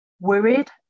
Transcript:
worried